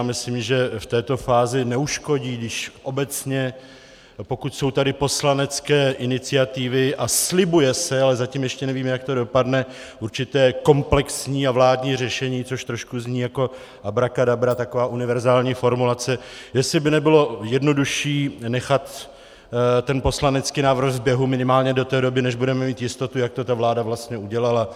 Myslím, že v této fázi neuškodí, pokud jsou tady poslanecké iniciativy a slibuje se, ale zatím ještě nevíme, jak to dopadne, určité komplexní a vládní řešení, což trošku zní jako abraka dabra, taková univerzální formulace, jestli by nebylo jednodušší nechat ten poslanecký návrh v běhu minimálně do té doby, než budeme mít jistotu, jak to ta vláda vlastně udělala.